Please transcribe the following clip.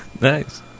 Nice